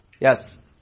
Yes